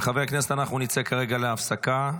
חברי הכנסת, אנחנו נצא כרגע להפסקה.